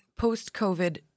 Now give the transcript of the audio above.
Post-COVID